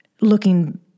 looking